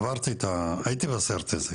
הייתי בסרט הזה.